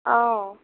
অঁ